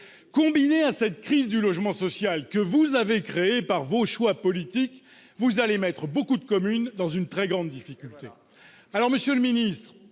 l'on y ajoute la crise du logement social, que vous avez créée par vos choix politiques, vous allez mettre beaucoup de communes dans une très grande difficulté ! Alors, monsieur le ministre,